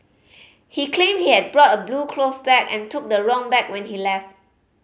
he claimed he had brought a blue cloth bag and took the wrong bag when he left